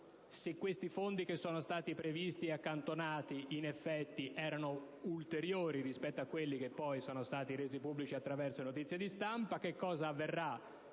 se quei fondi, che sono stati previsti e accantonati, erano in effetti ulteriori rispetto a quelli che poi sono stati resi pubblici attraverso notizie di stampa e che cosa avverrà